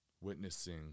witnessing